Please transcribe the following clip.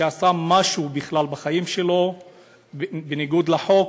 שעשה משהו בכלל בחיים שלו בניגוד לחוק,